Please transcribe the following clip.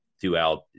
throughout